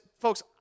Folks